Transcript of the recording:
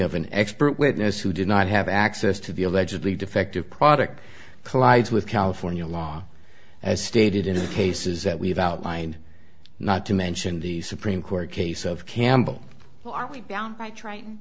of an expert witness who did not have access to the allegedly defective product collides with california law as stated in the cases that we've outlined not to mention the supreme court case of campbell by tryin